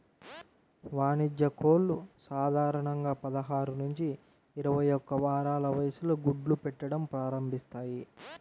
వాణిజ్య కోళ్లు సాధారణంగా పదహారు నుంచి ఇరవై ఒక్క వారాల వయస్సులో గుడ్లు పెట్టడం ప్రారంభిస్తాయి